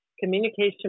communication